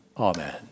Amen